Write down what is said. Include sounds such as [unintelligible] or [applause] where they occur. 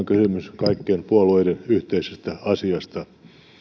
[unintelligible] kysymys kaikkien puolueiden yhteisestä asiasta